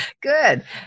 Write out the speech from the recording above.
good